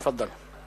תפאדל.